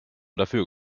dafür